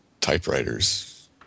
typewriters